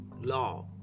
law